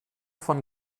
von